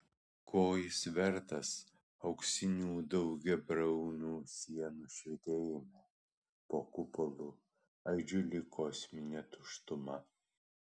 ko jis vertas auksiniame daugiabriaunių sienų švytėjime po kupolu aidžiu lyg kosminė tuštuma